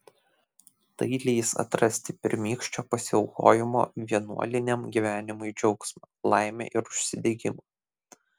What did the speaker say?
tai leis atrasti pirmykščio pasiaukojimo vienuoliniam gyvenimui džiaugsmą laimę ir užsidegimą